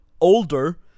older